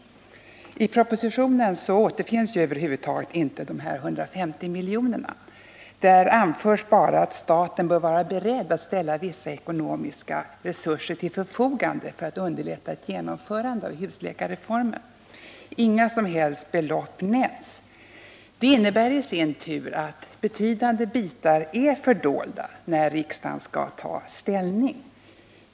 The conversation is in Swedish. I propositionen återfinns dessa 150 miljoner över huvud taget inte. Där anförs bara att staten bör vara beredd att ställa vissa ekonomiska resurser till förfogande för att underlätta ett genomförande av husläkarreformen. Inga som helst belopp nämns. Det innebär i sin tur att betydande bitar är fördolda när riksdagen skall ta ställning.